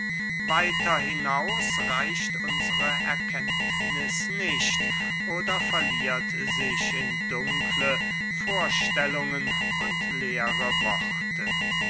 weiter hinaus reicht unsre erkenntniß nicht oder verliert sich in dunkle vorstellungen und leere worte